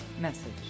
message